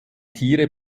tiere